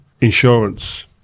insurance